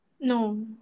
No